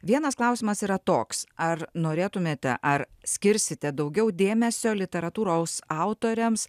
vienas klausimas yra toks ar norėtumėte ar skirsite daugiau dėmesio literatūraus autoriams